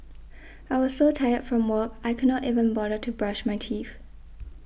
I was so tired from work I could not even bother to brush my teeth